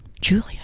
Julia